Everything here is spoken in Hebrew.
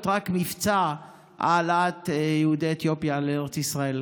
רק מבצע העלאת יהודי אתיופיה לארץ ישראל.